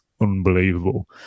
unbelievable